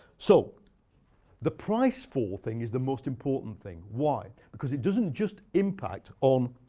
so the price fall thing is the most important thing. why? because it doesn't just impact on